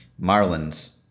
Marlins